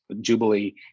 Jubilee